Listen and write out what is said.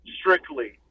strictly